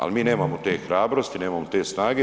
Ali mi nemamo te hrabrosti, nemamo te snage.